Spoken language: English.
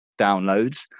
downloads